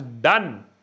done